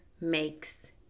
makes